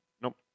Nope